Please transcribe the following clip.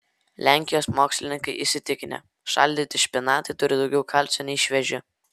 lenkijos mokslininkai įsitikinę šaldyti špinatai turi daugiau kalcio nei švieži